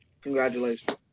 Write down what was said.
Congratulations